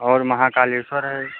और महाकालेश्वर है